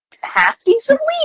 half-decently